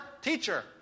teacher